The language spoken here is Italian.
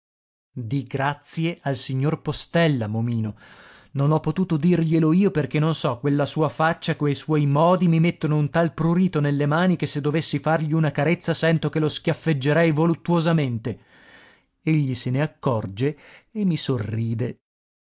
di grazie al signor postella momino non ho potuto dirglielo io perché non so quella sua faccia quei suoi modi mi mettono un tal prurito nelle mani che se dovessi fargli una carezza sento che lo schiaffeggerei voluttuosamente egli se ne accorge e mi sorride